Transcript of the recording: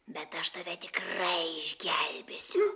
bet aš tave tikrai išgelbėsiu